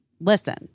listen